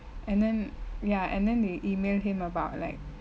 and then ya and then they email him about like